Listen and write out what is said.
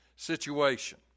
situation